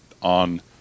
on